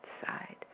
side